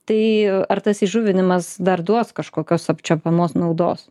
tai ar tas įžuvinimas dar duos kažkokios apčiuopiamos naudos